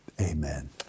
amen